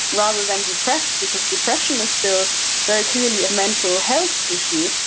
rather than depressed because depression is still very clearly a mental health issue.